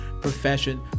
profession